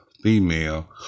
female